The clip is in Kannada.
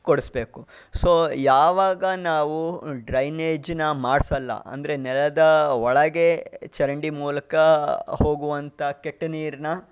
ಕೊಡಿಸ್ಬೇಕು ಸೊ ಯಾವಾಗ ನಾವು ಡ್ರೈನೇಜನ್ನ ಮಾಡಿಸಲ್ಲ ಅಂದರೆ ನೆಲದ ಒಳಗೆ ಚರಂಡಿ ಮೂಲಕ ಹೋಗುವಂಥ ಕೆಟ್ಟ ನೀರನ್ನ